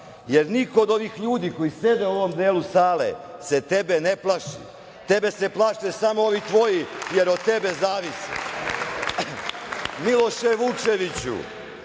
jer niko od ovih ljudi koji sede u ovom delu sale se tebe ne plaši. Tebe se plaše samo ovi tvoji, jer od tebe zavise. Miloše Vučeviću,